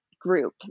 group